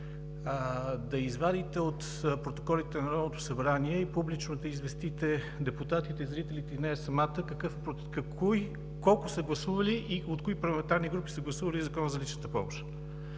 да извадите от протоколите на Народното събрание и публично да известите депутатите, зрителите и нея самата, колко и от кои парламентарни групи са гласували Закона за личната помощ.